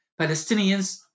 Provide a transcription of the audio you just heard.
Palestinians